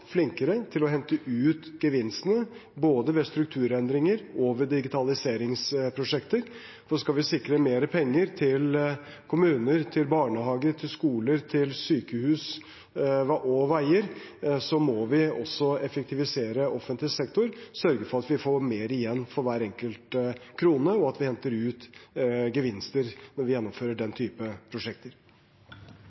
flinkere til å hente ut gevinstene både ved strukturendringer og ved digitaliseringsprosjekter. Skal vi sikre mer penger til kommuner, barnehager, skoler, sykehus og veier, må vi også effektivisere offentlig sektor og sørge for at vi får mer igjen for hver enkelt krone, og at vi henter ut gevinster når vi gjennomfører den